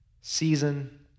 season